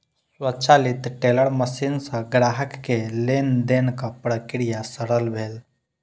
स्वचालित teller machine सॅ ग्राहक के लेन देनक प्रक्रिया सरल भेल